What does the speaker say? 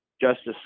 Justice